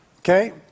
okay